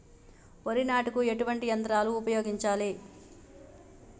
వరి నాటుకు ఎటువంటి యంత్రాలను ఉపయోగించాలే?